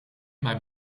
mij